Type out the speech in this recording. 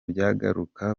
byagarukaga